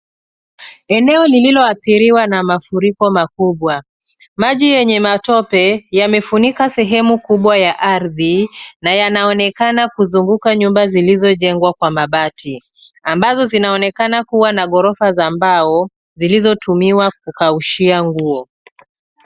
Eneo lililoathiriwa na mafuriko makubwa. Maji yenye matope yamefunika sehemu kubwa ya ardhi na yanaonekana kuzunguka nyumba zilizojengwa kwa mabati ambazo zinaonekana kuwa na ghorofa za mbao zilizotumiwa kukaushia nguo.